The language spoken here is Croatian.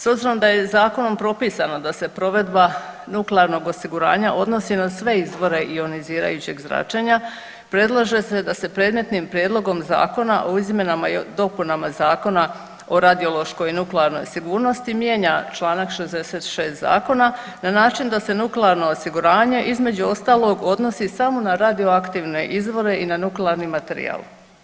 S obzirom da je zakonom propisano da se provedba nuklearnog osiguranja odnosi na sve izvore ionizirajućeg zračenja predlaže se da se predmetnim prijedlogom zakona o izmjenama i dopunama Zakona o radiološkoj i nuklearnoj sigurnosti mijenja Članak 66. zakona na način da se nuklearno osiguranje između ostalog odnosi samo na radioaktivne izvore i na nuklearni materijal.